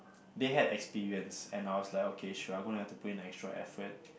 they had experience and I was like okay sure I'm gonna have to put in the extra effort